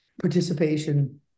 participation